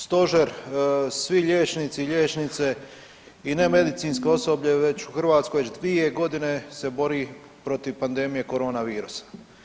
stožer, svi liječnici, liječnice i nemedicinsko osoblje već u Hrvatskoj već dvije godine se bori protiv pandemije corona virusa.